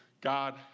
God